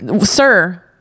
sir